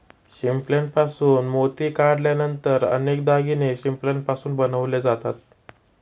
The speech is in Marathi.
शिंपल्यापासून मोती काढल्यानंतर अनेक दागिने शिंपल्यापासून बनवले जातात